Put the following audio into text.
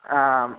ಹಾಂ